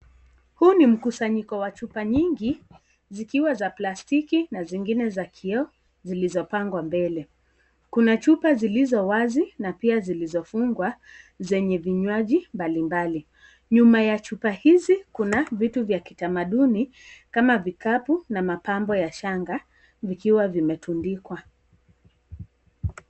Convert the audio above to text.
Huu ni mkusanyiko ya chupa nyingi, zikiwa za plastiki na zingine za kioo zilizo pangwa mbele. Kuna chupa zilizo wazi na pia zinefungwa zenye vinywaji mbali mbali. Nyuma ya chupa hizi Kuna vitu vya kitamaduni kama vikapu na mapambo ya shanga vikiwa vimetundikwa.